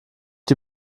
die